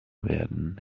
werden